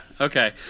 okay